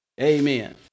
Amen